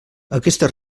aquesta